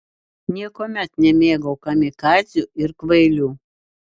niekuomet nemėgau kamikadzių ir kvailių